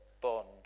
bond